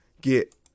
Get